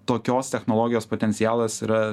tokios technologijos potencialas yra